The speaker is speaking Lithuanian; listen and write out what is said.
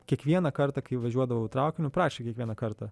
kiekvieną kartą kai važiuodavau traukiniu prašė kiekvieną kartą